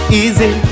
easy